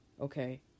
okay